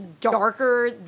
darker